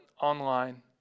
online